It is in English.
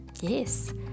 yes